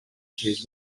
shoes